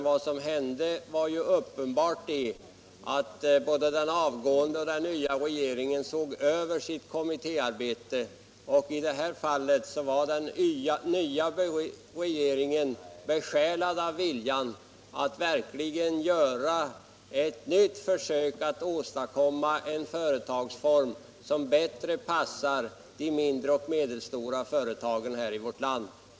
Vad som hände var uppenbarligen att både den avgående och den nya regeringen såg över sitt kommittéarbete, och i detta fall var den nya regeringen besjälad av en vilja att verkligen göra ett nytt försök att åstadkomma en företagsform som bättre passar de mindre och medelstora företagen i vårt land.